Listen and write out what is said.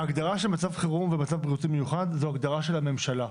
ההגדרה של מצב חירום ומצב בריאותי מיוחד היא הגדרה של הממשלה.